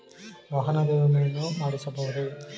ವಾಹನದ ವಿಮೆಯನ್ನು ಮಾಡಿಸಬಹುದೇ?